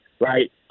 right